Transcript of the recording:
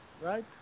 right